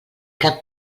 cap